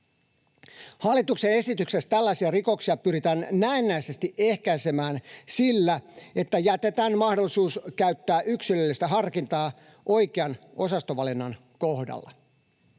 Hallituksen esityksessä tällaisia rikoksia pyritään näennäisesti ehkäisemään sillä, että jätetään mahdollisuus käyttää yksilöllistä harkintaa oikean osastovalinnan kohdalla.